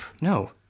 No